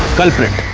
culprit.